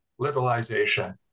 liberalization